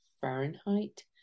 fahrenheit